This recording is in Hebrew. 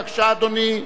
בבקשה, אדוני.